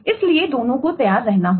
इसलिए दोनों को तैयार रहना होगा